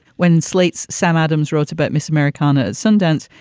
when slate's sam adams wrote about miss americana, sundance,